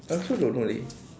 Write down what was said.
I also don't know leh